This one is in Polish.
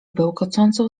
bełkocącą